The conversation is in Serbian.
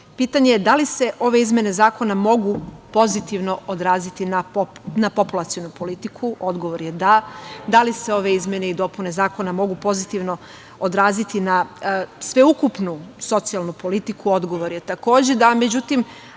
pitanje je da li ove izmene zakona mogu pozitivno odraziti na populacionu politiku. Odgovor je – da. Da li se ove izmene i dopune zakona mogu pozitivno odraziti na sveukupnu socijalnu politiku i odgovor je takođe – da.